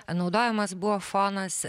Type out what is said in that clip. naudojimas buvo fonas